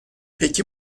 peki